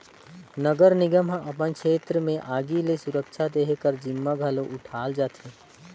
नगर निगम ह अपन छेत्र में आगी ले सुरक्छा देहे कर जिम्मा घलो उठाल जाथे